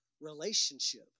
relationship